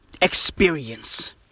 Experience